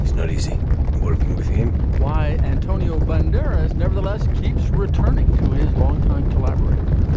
not easy working with him why. antonio banderas nevertheless keeps returning to his longtime collaborator.